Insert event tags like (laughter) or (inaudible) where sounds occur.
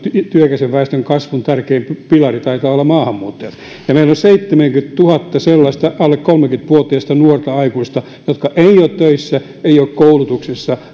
työikäisen väestön kasvun tärkein pilari taitaa olla maahanmuuttajat meillä on seitsemänkymmentätuhatta sellaista alle kolmekymmentä vuotiasta nuorta aikuista joka ei ole töissä ei ole koulutuksessa (unintelligible)